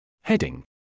Heading